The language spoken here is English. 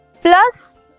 plus